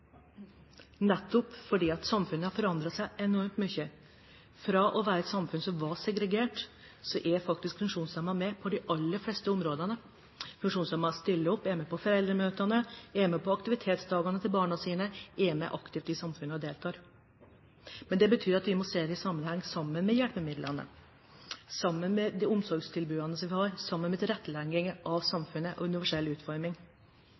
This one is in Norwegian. nettopp fordi samfunnet har forandret seg enormt mye. Fra å være et samfunn som var segregert, er faktisk funksjonshemmede med på de aller fleste områdene. Funksjonshemmede stiller opp, er med på foreldremøtene, er med på aktivitetsdagene til barna sine, er med aktivt i samfunnet og deltar. Men det betyr at vi må se det i sammenheng, sammen med hjelpemidlene, sammen med de omsorgstilbudene som vi har, sammen med tilrettelegging av samfunnet og universell utforming.